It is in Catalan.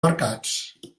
mercats